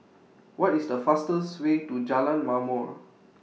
What IS The fastest Way to Jalan Ma'mor